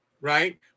Right